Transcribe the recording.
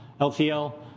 LTL